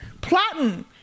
plotting